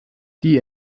die